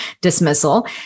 dismissal